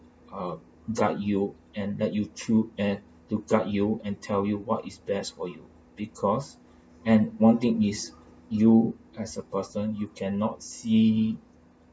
uh guide you and lead you through and to guide you and tell you what is best for you because and one thing is you as a person you cannot see